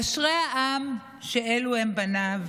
אשרי העם שאלו הם בניו.